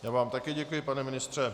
Já vám také děkuji, pane ministře.